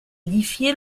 édifié